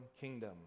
kingdom